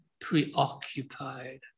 preoccupied